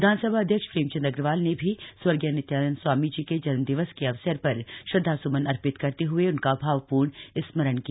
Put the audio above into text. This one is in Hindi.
विधानसभा अध्यक्ष प्रेमचंद अग्रवाल ने भी स्वर्गीय नित्यानंद स्वामी जी के जन्मदिवस के अवसर पर अपने श्रदधा सुमन अर्पित करते हए उनका भावपूर्ण स्मरण किया